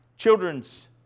Children's